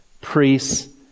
priests